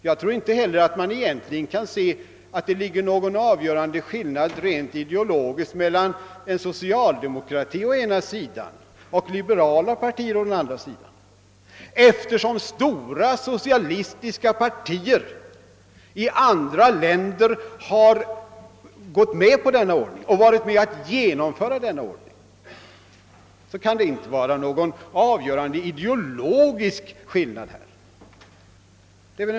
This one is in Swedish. Jag tror inte heller att man egentligen kan finna att det ligger någon avgörande skillnad rent ideologiskt mellan socialdemokratin å ena sidan och liberala partier å den andra sidan. Eftersom stora socialistiska partier i andra länder har gått med på denna ordning och varit med om att genomföra den, kan det inte vara någon avgörande ideologisk skillnad i detta avseende.